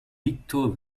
viktor